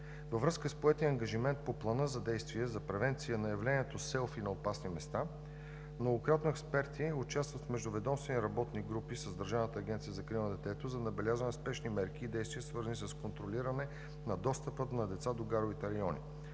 Във връзка с поетия ангажимент по Плана за действие за превенция на явлението „селфи“ на опасни места, многократно експерти участват в междуведомствени работни групи с Държавната агенция за закрила на детето за набелязване на спешни мерки и действия, свързани с контролиране на достъпа на деца до гаровите райони.